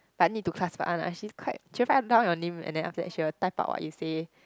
but need to she's quite she will write down your name and then after that she will type out what you say